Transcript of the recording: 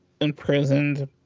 imprisoned